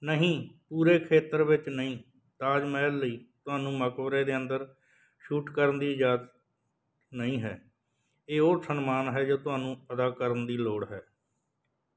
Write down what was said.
ਨਹੀਂ ਪੂਰੇ ਖੇਤਰ ਵਿੱਚ ਨਹੀਂ ਤਾਜ ਮਹਿਲ ਲਈ ਤੁਹਾਨੂੰ ਮਕਬਰੇ ਦੇ ਅੰਦਰ ਸ਼ੂਟ ਕਰਨ ਦੀ ਇਜ਼ਾਜ਼ਤ ਨਹੀਂ ਹੈ ਇਹ ਉਹ ਸਨਮਾਨ ਹੈ ਜੋ ਤੁਹਾਨੂੰ ਅਦਾ ਕਰਨ ਦੀ ਲੋੜ ਹੈ